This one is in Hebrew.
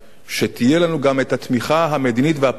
שתהיה לנו גם התמיכה המדינית והפוליטית.